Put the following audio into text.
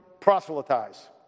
proselytize